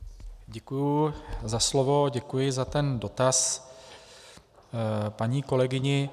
Děkuji za slovo, děkuji za ten dotaz paní kolegyni.